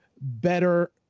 better